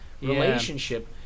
relationship